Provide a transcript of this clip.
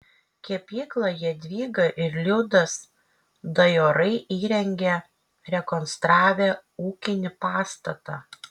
kepyklą jadvyga ir liudas dajorai įrengė rekonstravę ūkinį pastatą